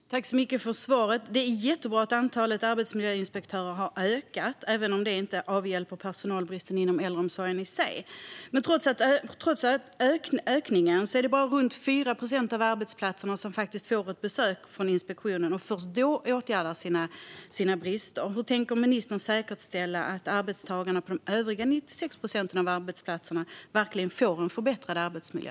Fru talman! Jag tackar så mycket för svaret. Det är jättebra att antalet arbetsmiljöinspektörer har ökat, även om detta inte avhjälper personalbristen inom äldreomsorgen i sig. Men trots ökningen är det bara runt 4 procent av arbetsplatserna som faktiskt får ett besök från inspektionen, och först då åtgärdar de sina brister. Hur tänker ministern säkerställa att arbetstagarna på de övriga 96 procenten av arbetsplatserna verkligen får en förbättrad arbetsmiljö?